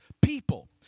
people